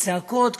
שבצעקות,